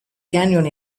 canyon